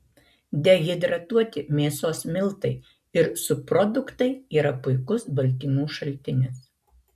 dehidratuoti mėsos miltai ir subproduktai yra puikus baltymų šaltinis